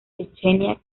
chechenia